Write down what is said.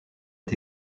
est